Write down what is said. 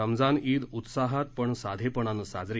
रमजान ईद उत्साहात पण साधेपणानं साजरी